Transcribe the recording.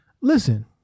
Listen